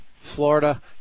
Florida